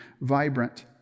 vibrant